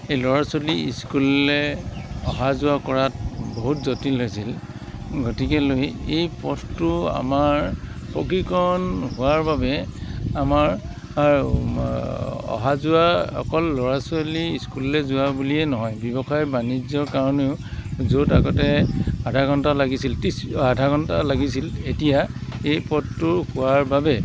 সেই ল'ৰা ছোৱালী স্কুললৈ অহা যোৱা কৰাত বহুত জটিল হৈছিল গতিকেলৈ এই পথটো আমাৰ পকীকৰণ হোৱাৰ বাবে আমাৰ অহা যোৱা অকল ল'ৰা ছোৱালী স্কুললৈ যোৱা বুলিয়ে নহয় ব্যৱসায় বাণিজ্যৰ কাৰণেও য'ত আগতে আধা ঘণ্টা লাগিছিল ত্ৰিছ আধা ঘণ্টা লাগিছিল এতিয়া এই পথটো হোৱাৰ বাবে